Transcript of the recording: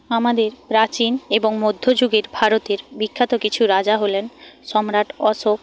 আমাদের প্রাচীন এবং মধ্যযুগের ভারতের বিখ্যাত কিছু রাজা হলেন সম্রাট অশোক